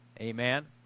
Amen